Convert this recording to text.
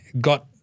got